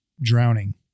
drowning